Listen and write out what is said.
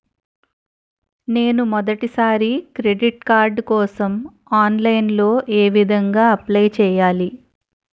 నేను మొదటిసారి credit card కోసం ఆన్లైన్ లో ఏ విధంగా అప్లై చేయాలి?